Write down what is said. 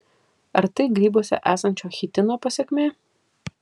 ar tai grybuose esančio chitino pasekmė